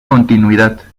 continuidad